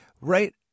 Right